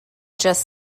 just